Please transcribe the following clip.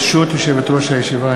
ברשות יושבת-ראש הישיבה,